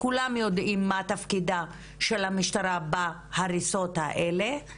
כולם יודעים מה תפקידה של המשטרה בהריסות האלה,